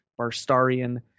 Barstarian